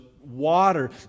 water